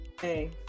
Hey